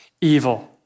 evil